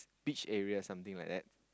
beach area something like that